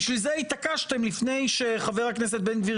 בשביל זה התעקשתם לפני שחבר הכנסת בן גביר